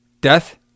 Death